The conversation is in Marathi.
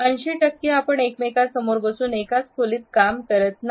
80 टक्केआपण एकमेका समोर बसून एकाच खोलीत काम करत नाही